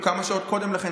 או כמה שעות קודם לכן,